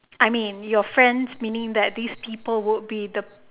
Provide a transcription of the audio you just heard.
I mean your friends meaning that these people would be the